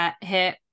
hit